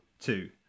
Two